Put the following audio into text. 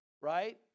Right